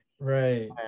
Right